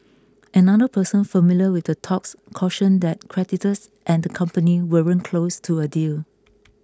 another person familiar with the talks cautioned that creditors and the company weren't close to a deal